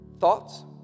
thoughts